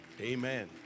amen